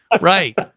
Right